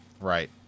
Right